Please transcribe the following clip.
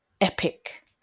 epic